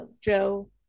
Joe